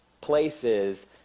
places